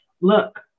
look